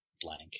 blank